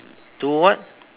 two what